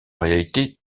réalité